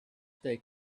stay